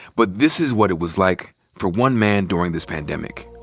but this is what it was like for one man during this pandemic.